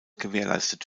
gewährleistet